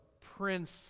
prince